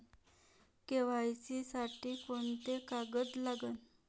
KYC साठी कोंते कागद लागन?